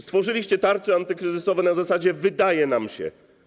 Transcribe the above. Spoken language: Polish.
Stworzyliście tarcze antykryzysowe na zasadzie „wydaje nam się”